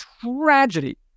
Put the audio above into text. tragedy